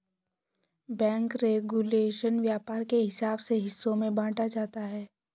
bank regulation व्यापार के हिसाब से हिस्सों में बांटा जाता है